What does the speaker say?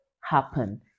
happen